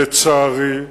לצערי,